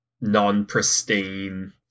non-pristine